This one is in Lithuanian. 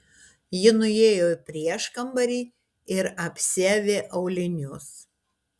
ji nuėjo į prieškambarį ir apsiavė aulinius